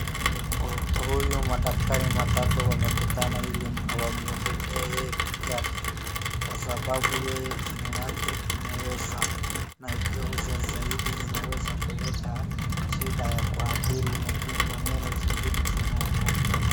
Huyo madaktari matatu wamekutana ili wamuhudumie yeye peke yake, kwa sababu yeye jino yake imeoza, na ikioza zaidi inaweza kuleta shida ya kuadhiri mameno zingine zilioko mdomo.